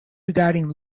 regarding